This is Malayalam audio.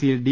സിയിൽ ഡി